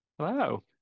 Hello